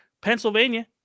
Pennsylvania